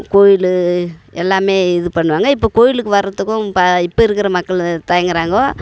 கோவிலு எல்லாம் இது பண்ணுவாங்க இப்போ கோவிலுக்கு வர்றதுக்கும் இப்போ இருக்கிற மக்கள் தயங்குறாங்க